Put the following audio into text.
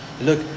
Look